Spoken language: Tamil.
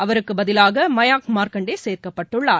அவருக்கு பதிவாக மயானக் மார்கண்டே சேர்க்கப்பட்டுள்ளார்